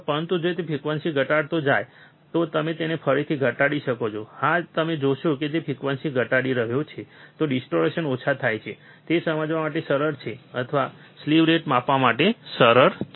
પરંતુ જો તે ફ્રીક્વન્સી ઘટાડતો જાય તો તમે તેને ફરીથી ઘટાડી શકો છો હા જો તમે જોશો કે તે ફ્રીક્વન્સી ઘટાડી રહ્યો છે તો ડિસ્ટોરેશન ઓછી થાય છે અને તે સમજવા માટે સરળ છે અથવા સ્લીવ રેટ માપવા માટે સરળ છે